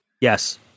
Yes